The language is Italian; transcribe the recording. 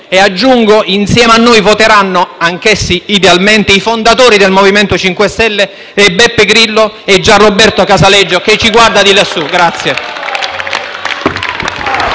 E aggiungo che, insieme a noi, voteranno, anch' essi idealmente, i fondatori del MoVimento 5 Stelle, Beppe Grillo e Gianroberto Casaleggio, che ci guarda di lassù.